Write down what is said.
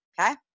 okay